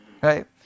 Right